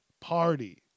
party